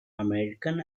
american